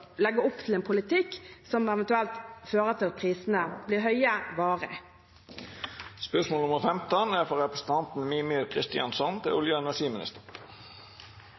legge opp til en politikk som eventuelt fører til at prisene blir